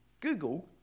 Google